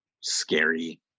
scary